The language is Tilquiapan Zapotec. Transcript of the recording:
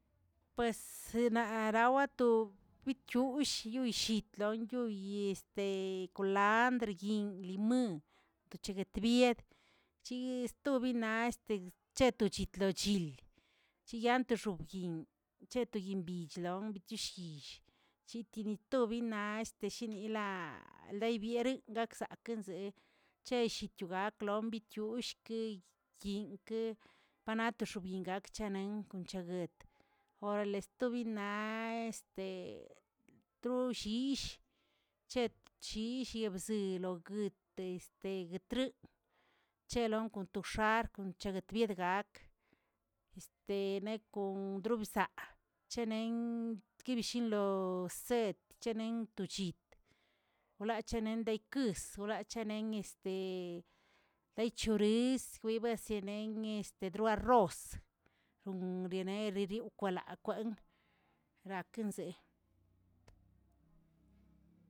Pues naraꞌwatu witiushh yiullitlon yoyi este kulandr yinꞌ limaən, teguechbye chi stobinaꞌ este chet to chit lo chil, chiyantə xobyinꞌ cheto yinꞌ bichlon bchishyill chitintobinaꞌ este shinꞌ ilaꞌa leybierin zakꞌnzeꞌe che llit baklog bitiꞌullkeꞌ, yinꞌ keꞌ, panataꞌ xobyinꞌgak chaꞌn kon cha guetə, orales sto bina este to llyish, chet shyill lobzeꞌloguitə este gꞌətriꞌ c̱helon kon x̱arkꞌ nchaguetbiaꞌ dga gak este neꞌ kon drobesaꞌa, cheneꞌn tguibishin loochsed len togchit wlaachanen yelkuꞌs wlacheneꞌn este dey choris yibeseneꞌy este dua rroz kwalaa kweꞌn raꞌkeꞌn zee.